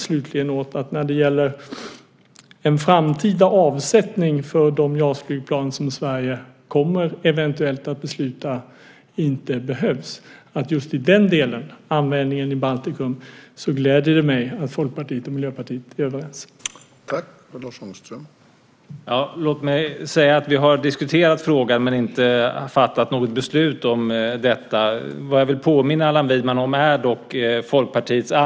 Slutligen när det gäller en framtida avsättning för de JAS-flygplan som Sverige eventuellt kommer att besluta inte behövs just för användning i Baltikum kan jag glädja mig åt att Folkpartiet och Miljöpartiet just i den delen är överens.